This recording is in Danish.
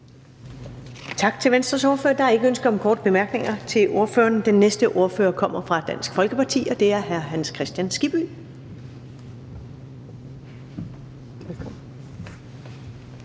Tak til Venstres ordfører. Der er ikke flere korte bemærkninger til ordføreren. Den næste ordfører kommer fra Dansk Folkeparti, og det er hr. René Christensen.